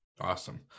Awesome